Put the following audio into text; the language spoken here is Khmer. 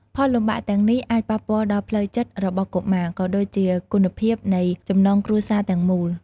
ផលលំបាកទាំងនេះ អាចប៉ះពាល់ដល់ផ្លូវចិត្តរបស់កុមារ ក៏ដូចជាគុណភាពនៃចំណងគ្រួសារទាំងមូល។